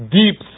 deep